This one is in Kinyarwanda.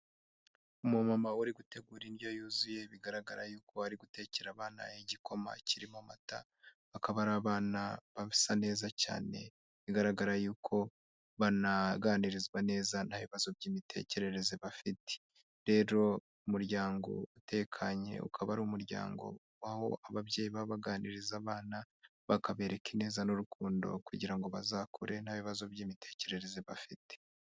Umumama urigutegura indyo yuzuye bigaragara yuko arigutekera abana igikoma kirimo amata. Bakaba ari abana basa neza cyane bigaragara yuko banaganirizwa neza nta bibazo by'imitekerereze bafite. Rero umuryango utekanye ukaba ari umuryango aho ababyeyi baba baganiriza abana bakabereka ineza n'urukundo kugira ngo bazakure nta bibazo by'imitekerereze bafite.